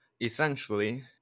Essentially